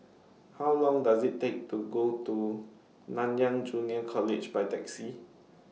How Long Does IT Take to Go to Nanyang Junior College By Taxi